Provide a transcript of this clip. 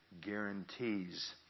guarantees